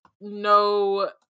no